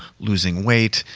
losing weight,